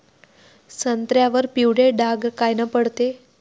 संत्र्यावर पिवळे डाग कायनं पडते?